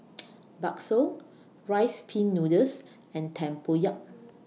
Bakso Rice Pin Noodles and Tempoyak